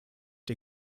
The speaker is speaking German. der